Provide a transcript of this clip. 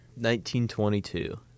1922